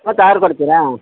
ಮತ್ತು ಆರು ಕೊಡ್ತೀರಾ